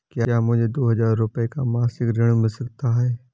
क्या मुझे दो हजार रूपए का मासिक ऋण मिल सकता है?